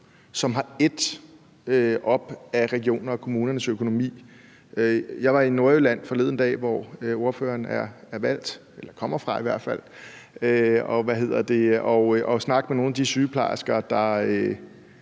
som har ædt regioner og kommuners økonomi op. Jeg var i Nordjylland forleden dag, hvor ordføreren er valgt eller i hvert fald kommer fra, og jeg snakkede med nogle af de sygeplejersker,